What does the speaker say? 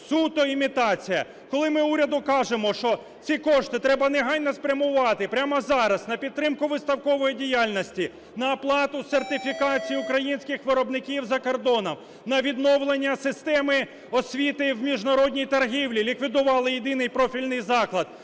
суто імітація. Коли ми уряду кажемо, що ці кошти треба негайно спрямувати, прямо зараз, на підтримку виставкової діяльності, на оплату сертифікації українських виробників за кордоном, на відновлення системи освіти в міжнародній торгівлі – ліквідували єдиний профільний заклад.